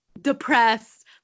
depressed